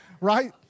right